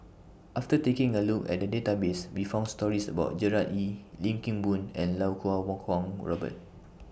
after taking A Look At The Database We found stories about Gerard Ee Lim Kim Boon and Lau Kuo Kwong Robert